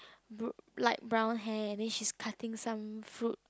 br~ light brown hair and then she's cutting some fruit